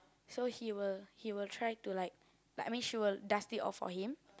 so he will he will try to like like I mean she will dust it off for him